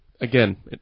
again